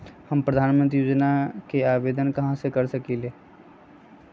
हम प्रधानमंत्री योजना के आवेदन कहा से कर सकेली?